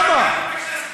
למה?